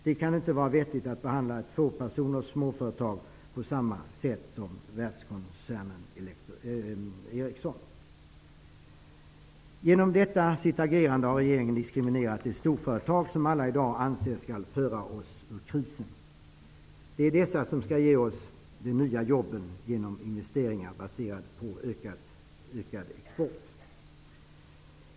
Det kan inte vara vettigt att behandla tvåpersoners småföretag på samma sätt som världskoncernen Ericsson. Genom detta sitt agerande har regeringen diskriminerat de storföretag som alla i dag anser skall föra oss ur krisen. Det är dessa som skall ge oss de nya jobben genom investeringar baserade på ökad export.